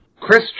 chris